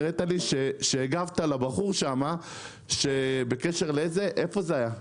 היראת לי שהגבת לבחור שמה בקשר לאיפה זה היה?